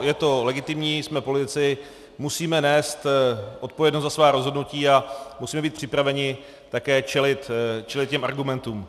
Je to legitimní, jsme politici, musíme nést odpovědnost za svá rozhodnutí a musíme být připraveni také čelit těm argumentům.